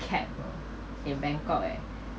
cab lor in bangkok eh